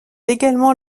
également